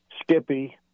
Skippy